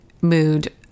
mood